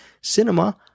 cinema